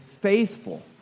faithful